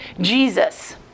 Jesus